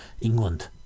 England